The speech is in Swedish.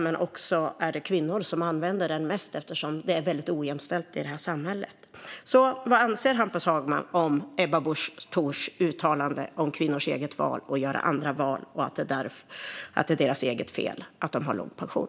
Det är också kvinnor som använder dem mest, eftersom det är väldigt ojämställt i det här samhället. Vad anser alltså Hampus Hagman om Ebba Buschs uttalande om kvinnors eget val, att göra andra val och att det är deras eget fel att de har låg pension?